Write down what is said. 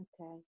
Okay